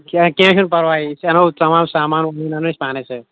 کینٛہہ کینٛہہ چھُنہٕ پَرواے أسۍ اَنو تَمام سامان پانے سۭتۍ